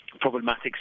problematic